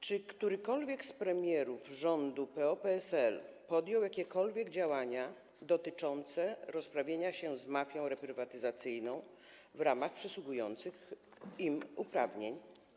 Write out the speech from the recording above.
Czy którykolwiek z premierów rządu PO-PSL podjął jakiekolwiek działania dotyczące rozprawienia się z mafią reprywatyzacyjną w ramach przysługujących im uprawnień?